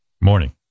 Morning